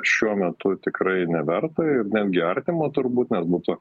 šiuo metu tikrai neverta ir netgi artimo turbūt nes būtų